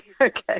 Okay